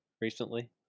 recently